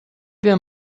wir